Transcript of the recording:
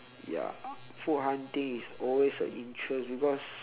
ya food hunting is always a interest because